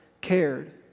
cared